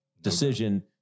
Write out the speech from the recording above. decision